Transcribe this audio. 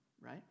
right